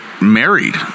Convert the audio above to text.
married